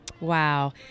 wow